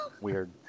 weird